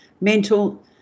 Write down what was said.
mental